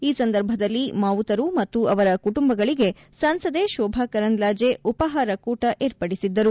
ಈ ಸಂದರ್ಭದಲ್ಲಿ ಮಾವುತರು ಮತ್ತು ಅವರ ಕುಟುಂಬಗಳಿಗೆ ಸಂಸದೆ ಶೋಭಾ ಕರಂದ್ಲಾಜೆ ಉಪಹಾರ ಕೂಟ ಏರ್ಪಡಿಸಿದ್ದರು